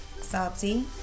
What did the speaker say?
Salty